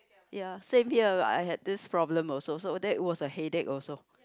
ya same here but I had this problem also so that was a headache also